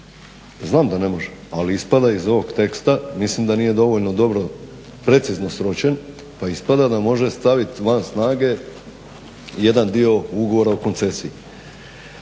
znam da ne može, ali ispada iz ovog teksta. Mislim da nije dovoljno dobro, precizno sročen, pa ispada da može staviti van snage jedan dio ugovora o koncesiji.